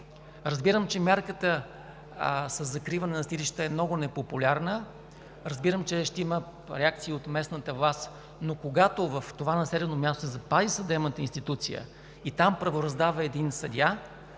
Разбирам, че мярката със закриване на съдилища е много непопулярна, разбирам, че ще има реакции от местната власт, но когато в това населено място се запази съдебната институция и там правораздава един съдия,